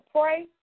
pray